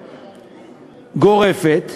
גורפת,